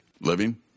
living